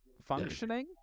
functioning